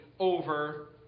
over